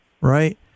right